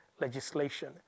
legislation